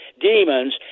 demons